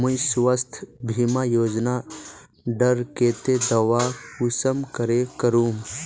मुई स्वास्थ्य बीमा योजना डार केते दावा कुंसम करे करूम?